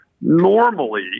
Normally